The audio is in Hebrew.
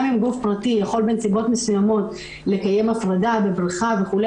גם אם גוף פרטי יכול בנסיבות מסוימות לקיים הפרדה בבריכה וכו',